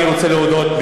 אני רוצה להודות,